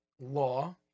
law